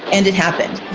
and it happened